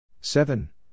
seven